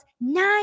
nine